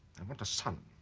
and want a son